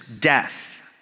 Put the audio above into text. death